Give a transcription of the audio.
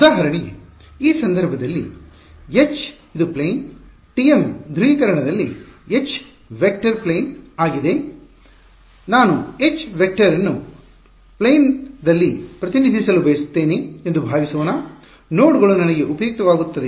ಉದಾಹರಣೆಗೆ ಈ ಸಂದರ್ಭದಲ್ಲಿ H ಇದು ಪ್ಲೇನ್ TM ಧ್ರುವೀಕರಣದಲ್ಲಿ H ವೆಕ್ಟರ್ ಪ್ಲೇನ್ ಆಗಿದೆ ನಾನು H ವೆಕ್ಟರ್ ಅನ್ನು ಪ್ಲೇನ್ ದಲ್ಲಿ ಪ್ರತಿನಿಧಿಸಲು ಬಯಸುತ್ತೇನೆ ಎಂದು ಭಾವಿಸೋಣ ನೋಡ್ಗಳು ನನಗೆ ಉಪಯುಕ್ತವಾಗುತ್ತವೆಯೇ